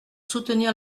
soutenir